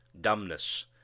Dumbness